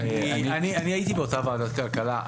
אני הייתי באותה ועדת כלכלה.